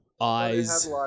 Eyes